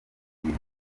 nkuru